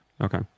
Okay